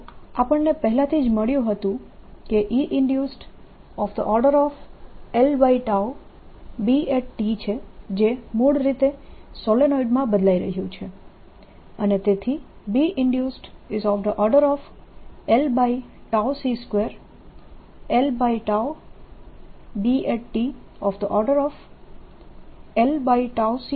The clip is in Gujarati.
તો આપણને પહેલાથી જ મળ્યું હતું કે Einduced lB છે જે મૂળ રીતે સોલેનોઇડમાં બદલાઇ રહ્યું છે અને તેથી Binduced l c2 lB 2B થશે